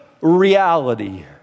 reality